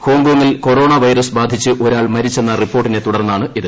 ഹോങ്കോങിൽ corona virus ബാധിച്ച് ഒരാൾ മരിച്ചെന്ന റിപ്പോർട്ടിനെ തുടർന്നാണിത്